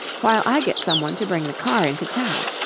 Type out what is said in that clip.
while i get some one to bring the car into town.